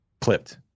clipped